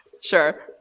Sure